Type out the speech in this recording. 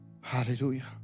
Hallelujah